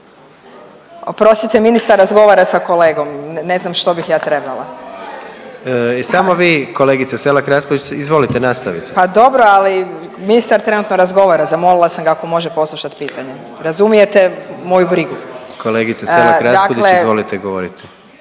Oprostite, ministar razgovara sa kolegom, ne znam što bih ja trebala? …/Upadica predsjednik: Samo vi kolegice Selak Raspudić izvolite nastavite/…. Pa dobro, ali ministar trenutno razgovara, zamolila sam ga ako može poslušat pitanje, razumijete moju brigu? …/Upadica predsjednik: Kolegice Selak Raspudić izvolite govoriti/…